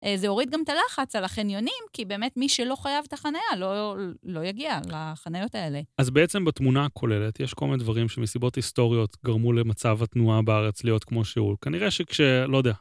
זה הוריד גם את הלחץ על החניונים, כי באמת מי שלא חייב את החניה לא יגיע לחניות האלה. אז בעצם בתמונה הכוללת יש כל מיני דברים שמסיבות היסטוריות גרמו למצב התנועה בארץ להיות כמו שהוא. כנראה שכש... לא יודע.